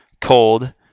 cold